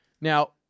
Now